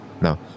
no